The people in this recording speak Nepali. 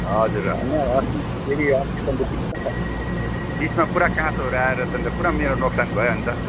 हजुर होइन अस्ति फेरि अस्ति त अन्त बिचमा त बिचमा पुरा काँचोहरू आएर त अन्त पुरा मेरो नोक्सान भयो अन्त